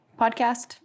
podcast